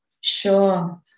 Sure